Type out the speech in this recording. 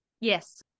Yes